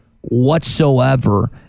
whatsoever